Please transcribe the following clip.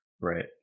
Right